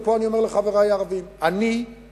ופה אני אומר לחברי הערבים: אני ציוני,